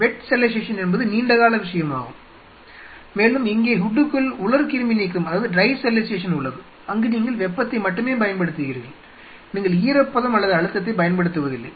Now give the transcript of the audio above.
வெட் sterilisation என்பது நீண்ட கால விஷயமாகும் மேலும் இங்கே ஹூட்டுக்குள் உலர் கிருமி நீக்கம் அதாவது ட்ரை ஸ்டெரிலைசேஷன் உள்ளது அங்கு நீங்கள் வெப்பத்தை மட்டுமே பயன்படுத்துகிறீர்கள் நீங்கள் ஈரப்பதம் அல்லது அழுத்தத்தைப் பயன்படுத்துவதில்லை